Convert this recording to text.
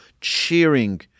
cheering